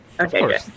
Okay